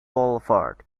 boulevard